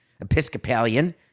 Episcopalian